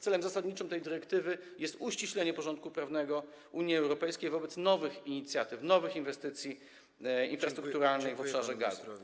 Celem zasadniczym tej dyrektywy jest uściślenie porządku prawnego Unii Europejskiej wobec nowych inicjatyw, nowych inwestycji infrastrukturalnych w obszarze gazu.